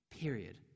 Period